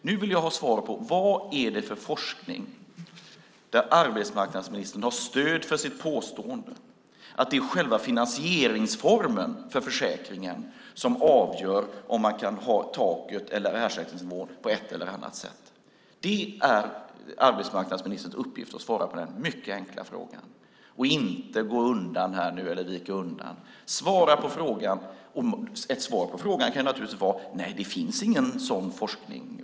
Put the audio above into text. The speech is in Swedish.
Nu vill jag ha svar på vad det är för forskning där arbetsmarknadsministern finner stöd för sitt påstående att det är själva finansieringsformen för försäkringen som avgör om man kan ha taket eller ersättningsnivån på ett eller annat sätt. Det är arbetsmarknadsministerns uppgift att svara på den mycket enkla frågan och inte vika undan. Svara på frågan! Ett svar på frågan kan naturligtvis vara: Nej, det finns ingen sådan forskning.